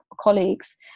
colleagues